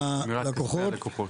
כספי הלקוחות.